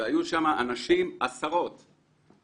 היו שם עשרות אנשים.